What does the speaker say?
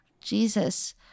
Jesus